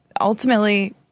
Ultimately